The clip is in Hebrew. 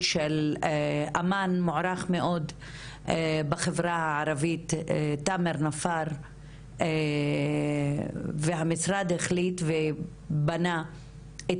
של אמן מוערך מאוד בחברה הערבית תאמר נפאר והמשרד החליט ובנה את